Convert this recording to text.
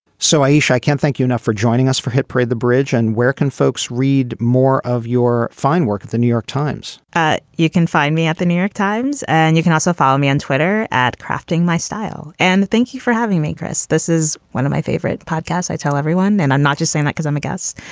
so i wish i can't thank you enough for joining us for hit parade the bridge and where can folks read more of your fine work at the new york times you can find me at the new york times and you can also follow me on twitter at crafting my style. and thank you for having me chris. this is one of my favorite podcasts i tell everyone. and i'm not just saying that because i'm a guest